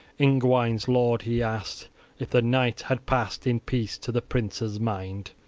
ingwines' lord he asked if the night had passed in peace to the prince's mind.